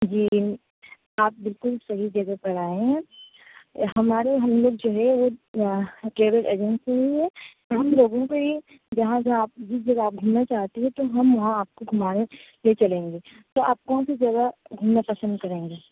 جی آپ بالکل صحیح جگہ پر آئے ہیں ہمارے ہم لوگ جو ہے وہ ٹریول ایجنسی ہی ہے ہم لوگوں کو یہ جہاں جہاں جس جگہ آپ گھومنا چاہتے ہیں تو ہم وہاں آپ کو گھمانے لے چلیں گے تو آپ کون سی جگہ گھومنا پسند کریں گے